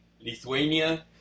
Lithuania